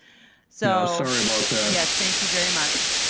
so sorry about that. yes, thank you very much.